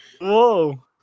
Whoa